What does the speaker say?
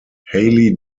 hawley